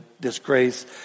disgrace